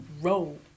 roll